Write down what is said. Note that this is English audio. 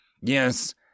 Yes